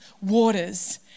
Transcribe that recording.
waters